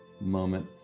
Moment